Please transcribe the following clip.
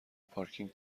پارکینگ